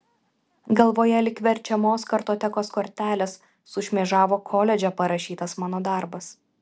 galvoje lyg verčiamos kartotekos kortelės sušmėžavo koledže parašytas mano darbas